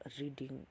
reading